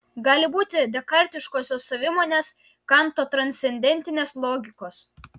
gali būti dekartiškosios savimonės kanto transcendentinės logikos